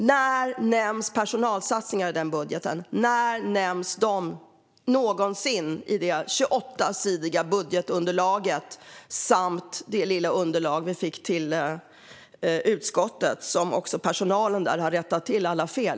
När nämns de någonsin i det 28-sidiga budgetunderlaget och det lilla underlag som vi fick i utskottet? I det senare hade personalen dessutom fått rätta till alla fel.